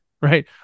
right